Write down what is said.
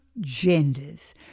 genders